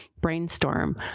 brainstorm